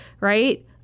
right